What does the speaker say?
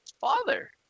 father